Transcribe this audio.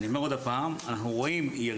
אני אומר עוד פעם: אנחנו רואים ירידה